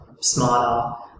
smarter